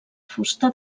fusta